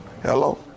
Hello